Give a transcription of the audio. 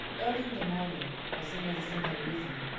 early in the morning, as soon as the sun had risen,